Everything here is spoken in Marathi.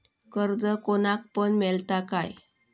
कर्ज कोणाक पण मेलता काय?